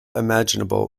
imaginable